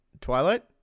twilight